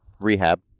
rehab